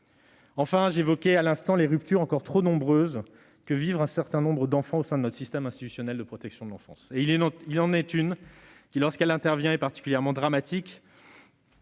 J'évoquais à l'instant les ruptures encore trop nombreuses que vivent un certain nombre d'enfants au sein de notre système institutionnel de protection de l'enfance. Il en est une qui, lorsqu'elle se produit, est particulièrement dramatique